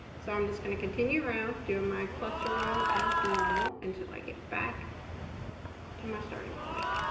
so i'm just gonna continue around doing my cluster row as normal until i get back to my starting point